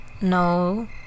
No